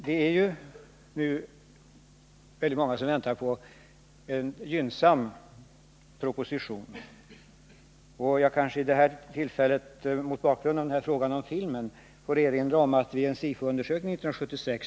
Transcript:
Det är nu många som väntar på en gynnsam proposition, och jag kanske därför vid det här tillfället och mot bakgrund av frågan om visning av filmen får erinra om en SIFO-undersökning 1976.